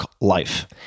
Life